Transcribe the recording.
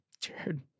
jared